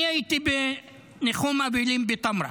אני הייתי בניחום אבלים בטמרה